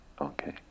Okay